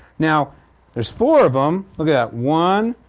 now there's four of them, look yeah one,